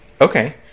Okay